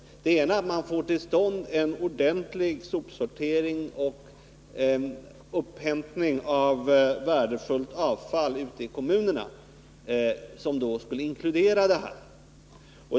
Den ena är att man ute i kommunerna får till stånd en ordentlig sopsortering och upphämtning av värdefullt avfall, som alltså skulle inkludera dessa burkar.